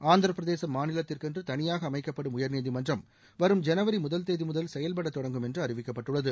ஆந்திர பிரதேச மாநிலத்திற்கென்று தனியாக அமைக்கப்படும் உயா்நீதிமன்றம் வரும் ஜனவரி முதல் தேதி முதல் செயல்பட தொடங்கும் என்று அறிவிக்கப்பட்டுள்ளது